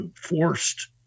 forced